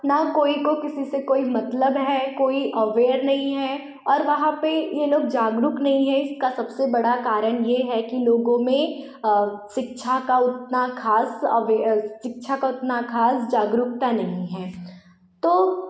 ना कोई को किसी से कोई मतलब है कोई अवेयर नहीं है और वहाँ पर ये लोग जागरूक नहीं है इसका सब से बड़ा कारण ये है कि लोगों में शिक्षा का उतना ख़ास अवे शिक्षा का अपना ख़ास जागरूकता नहीं है तो